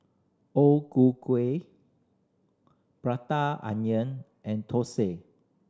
O Ku Kueh Prata Onion and thosai